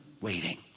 waiting